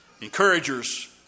Encouragers